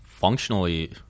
functionally